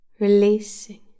releasing